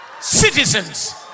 citizens